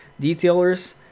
Detailers